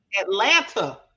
Atlanta